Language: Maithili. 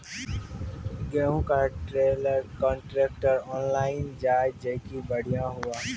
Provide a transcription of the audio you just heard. गेहूँ का ट्रेलर कांट्रेक्टर ऑनलाइन जाए जैकी बढ़िया हुआ